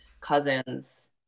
cousins